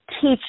teach